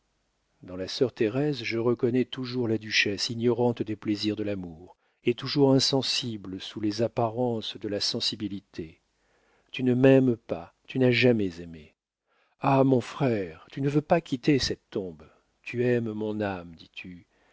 dans la sœur thérèse je reconnais toujours la duchesse ignorante des plaisirs de l'amour et toujours insensible sous les apparences de la sensibilité tu ne m'aimes pas tu n'as jamais aimé ha mon frère tu ne veux pas quitter cette tombe tu aimes mon âme dis-tu